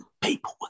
people